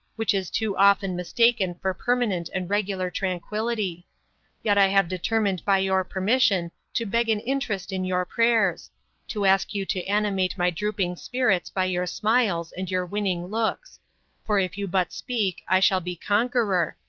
which is too often mistaken for permanent and regular tranquillity yet i have determined by your permission to beg an interest in your prayers to ask you to animate my drooping spirits by your smiles and your winning looks for if you but speak i shall be conqueror,